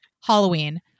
Halloween